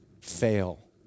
fail